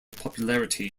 popularity